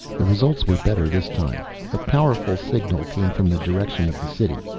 the results were better this time. a powerful signal came from the direction of the city,